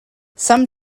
some